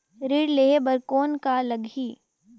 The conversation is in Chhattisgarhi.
ऋण लेहे बर कौन का लगही?